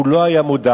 הוא לא היה מודע.